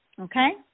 Okay